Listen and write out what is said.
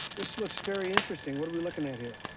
this looks very interesting. what are we looking at here?